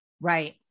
Right